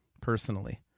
personally